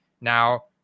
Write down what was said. now